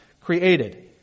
created